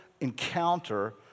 encounter